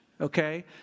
Okay